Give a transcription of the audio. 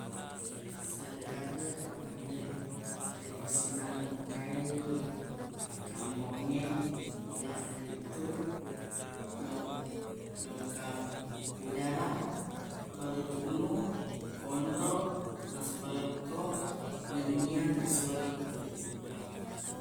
Siareq-areq anre teridisional engka e ri kampongnge iyanaritu lo- loka kudaraq bale tunu konro nasu palekko nennia nasua likku.